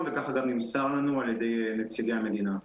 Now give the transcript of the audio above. וככה גם נמסר לנו על ידי נציגי המדינה.